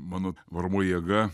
mano varomoji jėga